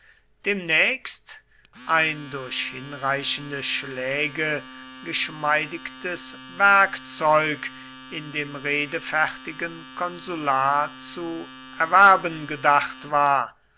demnächst ein durch hinreichende schläge geschmeidigtes werkzeug in dem redefertigen konsular zu erwerben bedacht war